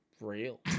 real